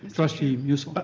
trustee musil. but